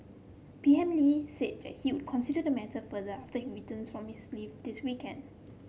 P M Lee said that he would consider the matter further after returns from his leave this weekend